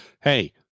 hey